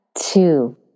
two